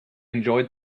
enjoyed